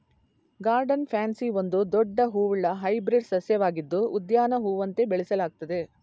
garden pansy ಒಂದು ದೊಡ್ಡ ಹೂವುಳ್ಳ ಹೈಬ್ರಿಡ್ ಸಸ್ಯವಾಗಿದ್ದು ಉದ್ಯಾನ ಹೂವಂತೆ ಬೆಳೆಸಲಾಗ್ತದೆ